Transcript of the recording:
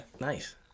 Nice